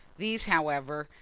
these, however,